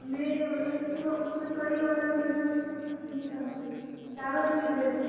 हमें लकड़ी वाला लकड़ी वाला लेना है तो कितने का मिलेगा चारों चीज़ लेनी है